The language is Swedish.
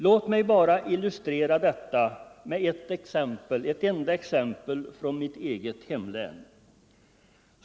Låt mig illustrera detta med bara ett exempel från mitt eget län.